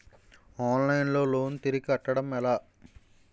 Online లో loan తిరిగి కట్టడం ఎలా?